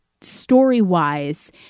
story-wise